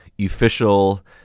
official